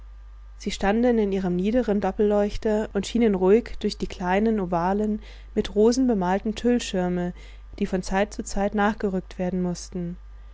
sie standen in ihrem niederen doppelleuchter und schienen ruhig durch die kleinen ovalen mit rosen bemalten tüllschirme die von zeit zu zeit nachgerückt werden mußten